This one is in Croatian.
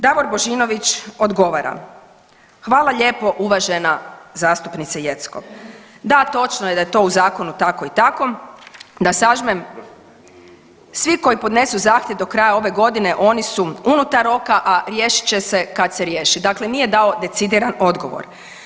Davor Božinović odgovara, hvala lijepo uvažena zastupnice Jeckov, da točno je da je u to zakonu tako i tako, da sažmem, svi koji podnesu zahtjev do kraja ove godine oni su unutar oka, a riješit će kad se riješi, dakle nije dao decidiran odgovor.